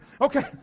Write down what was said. Okay